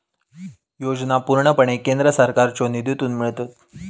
योजना पूर्णपणे केंद्र सरकारच्यो निधीतून मिळतत